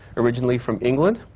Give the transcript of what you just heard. originally from england,